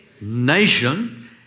nation